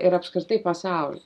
ir apskritai pasauly